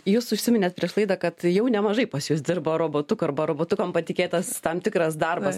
jūs užsiminėt prieš laidą kad jau nemažai pas jus dirba robotukų arba robotukam patikėtas tam tikras darbas